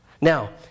Now